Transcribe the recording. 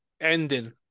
ending